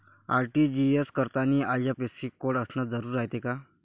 RTGS करतांनी IFSC code असन जरुरी रायते का?